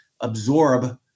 absorb